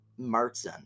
Martzen